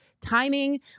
timing